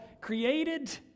Created